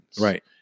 Right